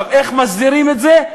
איך מסדירים את זה?